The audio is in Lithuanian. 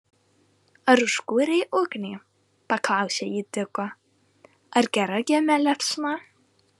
ar užkūrei ugnį paklausė ji diko ar gera kieme liepsna